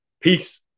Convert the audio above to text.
Peace